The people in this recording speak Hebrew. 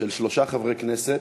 של שלושה חברי כנסת.